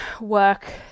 work